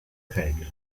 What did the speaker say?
règles